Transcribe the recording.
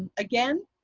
and again,